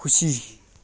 खुसी